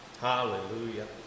Hallelujah